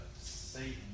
Satan